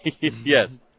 Yes